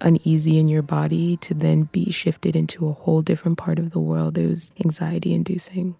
uneasy in your body to then be shifted into a whole different part of the world there's anxiety inducing.